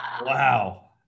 Wow